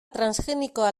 transgenikoa